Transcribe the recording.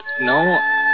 No